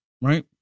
Right